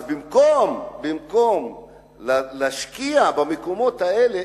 במקום להשקיע במקומות האלה,